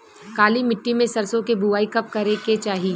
काली मिट्टी में सरसों के बुआई कब करे के चाही?